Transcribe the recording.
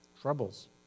troubles